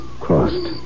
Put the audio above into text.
crossed